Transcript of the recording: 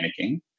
panicking